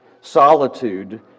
Solitude